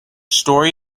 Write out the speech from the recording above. story